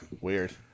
Weird